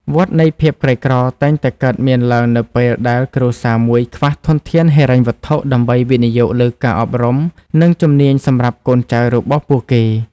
វដ្តនៃភាពក្រីក្រតែងតែកើតមានឡើងនៅពេលដែលគ្រួសារមួយខ្វះធនធានហិរញ្ញវត្ថុដើម្បីវិនិយោគលើការអប់រំ និងជំនាញសម្រាប់កូនចៅរបស់ពួកគេ។